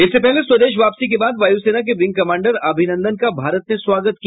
इससे पहले स्वदेश वापसी के बाद वायू सेना के विंग कमांडर अभिनंदन का भारत ने स्वागत किया